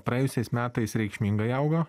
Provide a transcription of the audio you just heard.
praėjusiais metais reikšmingai augo